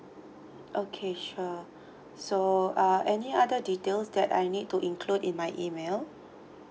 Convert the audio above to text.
okay sure so uh any other details that I need to include in my email